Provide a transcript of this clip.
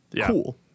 Cool